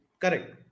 correct